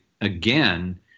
again